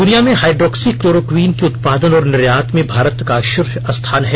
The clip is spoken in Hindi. दुनिया में हाइड्रोक्सी क्लोरोक्विन के उत्पादन और निर्यात में भारत का शीर्ष स्थान है